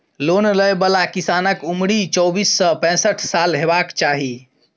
loan लय बला किसानक उमरि चौबीस सँ पैसठ साल हेबाक चाही